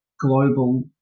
global